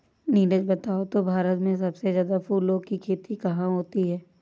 नीरज बताओ तो भारत में सबसे ज्यादा फूलों की खेती कहां होती है?